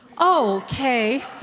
okay